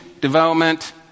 development